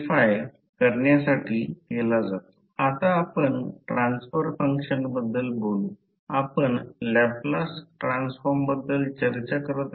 आता magnetic circuit आता आपण फेरोमॅग्नेटिक मटेरियलच्या टॉरोइडल रिंगचा विचार करूया जेथे हा 1 पेक्षा जास्त असेल ते कदाचित लोह कदाचित कोबाल्ट आणि निकेल इ